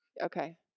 Okay